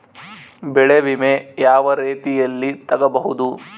ಬೆಳೆ ವಿಮೆ ಯಾವ ರೇತಿಯಲ್ಲಿ ತಗಬಹುದು?